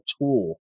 tool